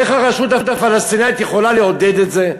איך הרשות הפלסטינית יכולה לעודד את זה?